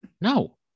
no